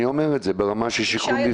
אני אומר את זה ברמה של שיקול מבצעי פרופר.